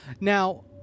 Now